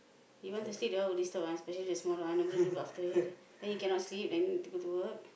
you want to sleep they all will disturb one especially the small one nobody look after him then he cannot sleep then people do work